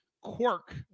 quirk